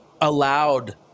allowed